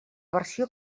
versió